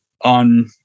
on